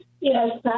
Yes